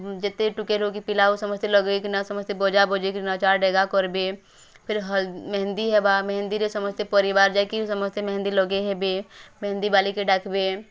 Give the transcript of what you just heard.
ଯେତେ ଟୁକେଲ୍ ହେଉ କି ପିଲା ହେଉ ସମସ୍ତେ ଲଗେଇକିନା ସମସ୍ତେ ବଜାବଜେକି ନଚା ଡ଼େଗା କର୍ବେ ଫିର୍ ମେହେନ୍ଦୀ ହେବା ମେହେନ୍ଦୀରେ ସମସ୍ତେ ପରିବାର୍ ଯାଇକି ସମସ୍ତେ ମେହେନ୍ଦୀ ଲଗେଇହେବେ ମେହେନ୍ଦୀବାଲିକେ ଡ଼ାକ୍ବେ